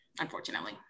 unfortunately